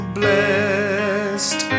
blessed